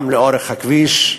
גם לאורך הכביש.